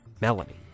Melanie